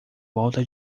volta